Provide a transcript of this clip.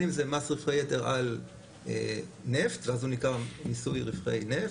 בין אם זה מס רווחי יתר על נפט ואז הוא נקרא מיסוי רווחי נפט,